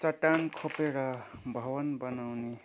चट्टान खोपेर भवन बनाउने